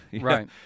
right